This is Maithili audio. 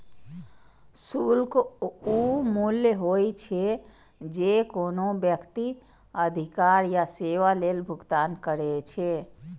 शुल्क ऊ मूल्य होइ छै, जे कोनो व्यक्ति अधिकार या सेवा लेल भुगतान करै छै